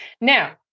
Now